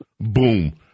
Boom